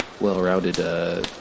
well-rounded